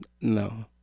No